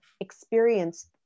experience